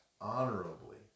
honorably